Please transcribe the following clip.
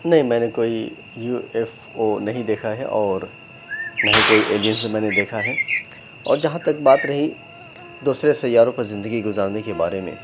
نہیں میں نے کوئی یو ایف او نہیں دیکھا ہے اور نہ ہی کوئی ایلینز میں نے دیکھا ہے اور جہاں تک بات رہی دوسرے سیاروں پر زندگی گزارنے کے بارے میں